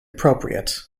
appropriate